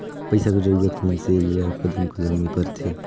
पइसा कर जरूरत मइनसे ल कदम कदम में परथे